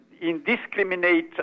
indiscriminate